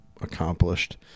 accomplished